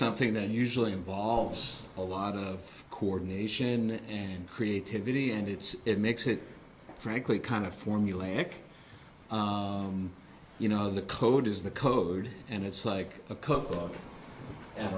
something that usually involves a lot of coordination and creativity and it's it makes it frankly kind of formulaic you know the code is the code and it's like a cookbook and